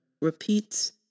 repeats